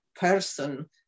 person